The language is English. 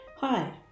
Hi